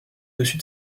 dessus